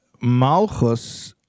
Malchus